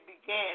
began